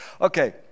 okay